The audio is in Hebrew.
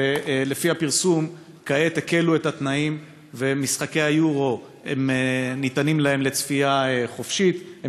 ולפי הפרסום כעת הקלו את התנאים וניתנת להם צפייה חופשית במשחקי היורו,